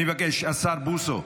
אני מבקש, השר בוסו,